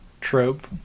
trope